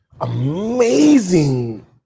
amazing